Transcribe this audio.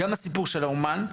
גם הסיפור של האמן,